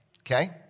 Okay